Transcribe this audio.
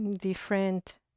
different